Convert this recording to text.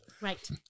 Right